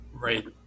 Right